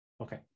okay